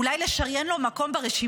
אולי לשריין לעיתונאי מקום ברשימה?